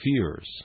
fears